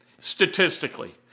statistically